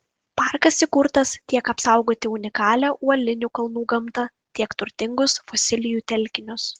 parkas įkurtas tiek apsaugoti unikalią uolinių kalnų gamtą tiek turtingus fosilijų telkinius